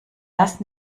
das